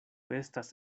estas